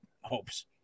hopes